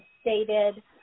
stated